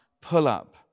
pull-up